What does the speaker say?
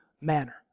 manner